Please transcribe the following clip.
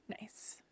nice